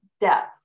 depth